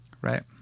Right